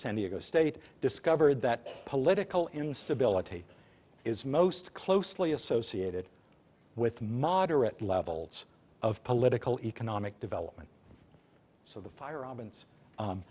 san diego state discovered that political instability is most closely associated with moderate levels of political economic development so the fire